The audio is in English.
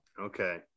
okay